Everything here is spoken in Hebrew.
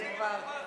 זה כבר,